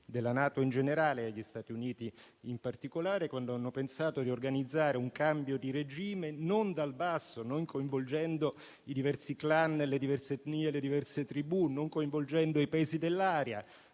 della NATO, in generale, e agli Stati Uniti in particolare quando hanno pensato di organizzare un cambio di regime non dal basso, non coinvolgendo i diversi *clan*, le diverse etnie, le diverse tribù, non coinvolgendo i Paesi dell'area,